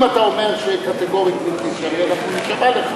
אם אתה אומר שקטגורית זה בלתי אפשרי אנחנו נישמע לך,